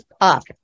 up